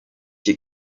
hier